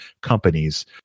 companies